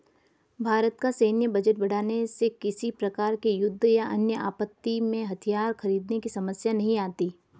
भारत का सैन्य बजट बढ़ाने से किसी प्रकार के युद्ध या अन्य आपत्ति में हथियार खरीदने की समस्या नहीं आती